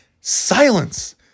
Silence